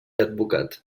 advocat